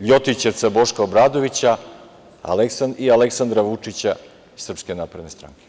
ljotićevca Boška Obradovića i Aleksandra Vučića i SNS.